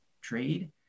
trade